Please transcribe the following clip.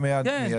עכשיו, מיידית?